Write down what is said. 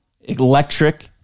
Electric